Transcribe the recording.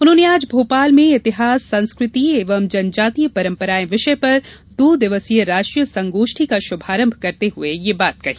उन्होंने आज भोपाल में इतिहास संस्कृति एवं जनजातीय परम्पराएं विषय पर दो दिवसीय राष्ट्रीय संगोष्ठी का शुभारम्म करते हुए यह बात कही